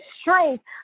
strength